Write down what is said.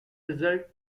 result